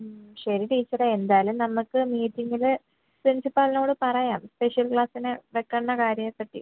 ഉം ശരി ടീച്ചറെ എന്തായാലും നമുക്ക് മീറ്റിങ്ങിൽ പ്രിൻസിപ്പാളിനോട് പറയാം സ്പെഷ്യൽ ക്ലാസ് വയ്ക്കുന്ന കാര്യത്തെപ്പറ്റി